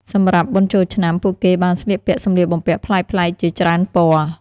សម្រាប់បុណ្យចូលឆ្នាំ ពួកគេបានស្លៀកពាក់សម្លៀកបំពាក់ប្លែកៗជាច្រើនពណ៌។